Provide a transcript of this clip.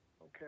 Okay